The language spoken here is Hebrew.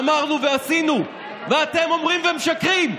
אמרנו ועשינו ואתם אומרים ומשקרים,